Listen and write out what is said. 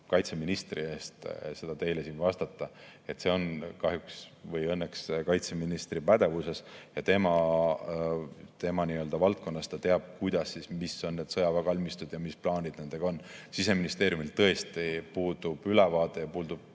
kaitseministri eest teile vastata. See on kahjuks või õnneks kaitseministri pädevuses ja tema valdkonnas – ta teab, millised on need sõjaväekalmistud ja mis plaanid nendega on. Siseministeeriumil tõesti puudub ülevaade ja puudub